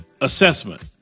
assessment